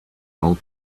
all